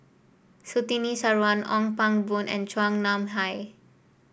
Surtini Sarwan Ong Pang Boon and Chua Nam Hai